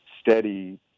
steady